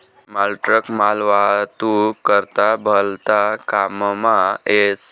मालट्रक मालवाहतूक करता भलता काममा येस